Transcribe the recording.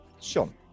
Sean